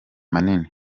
manini